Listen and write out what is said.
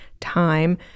time